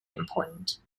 important